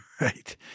right